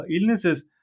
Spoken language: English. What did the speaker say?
illnesses